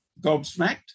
gobsmacked